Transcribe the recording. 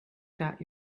got